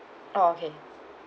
oh okay